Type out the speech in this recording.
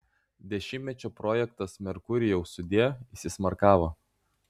dešimtmečio projektas merkurijau sudie įsismarkavo